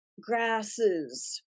grasses